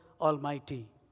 Almighty